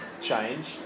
change